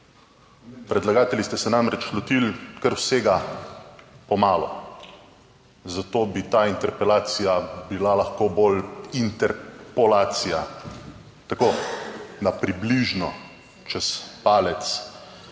Predlagatelji ste se namreč lotili kar vsega po malo, zato bi ta interpelacija bila lahko bolj interpolacija tako na približno čez palec,